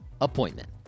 Appointment